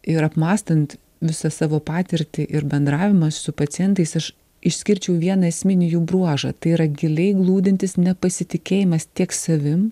ir apmąstant visą savo patirtį ir bendravimą su pacientais aš išskirčiau vieną esminį jų bruožą tai yra giliai glūdintis nepasitikėjimas tiek savim